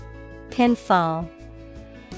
Pinfall